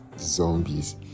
zombies